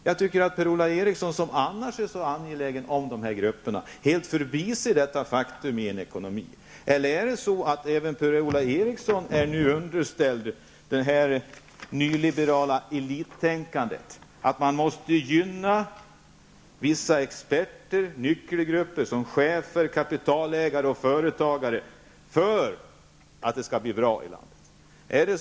Jag tycker att Per-Ola Eriksson, som annars är så angelägen om att tillvarata de ifrågavarande gruppernas intressen, helt förbiser de här sakernas betydelse i en ekonomi. Eller behärskas nu även Per-Ola Eriksson av det nyliberala elittänkandet: att man måste gynna vissa experter, nyckelgrupper som chefer, kapitalägare och företagare för att det skall bli bra i landet?